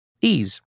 Ease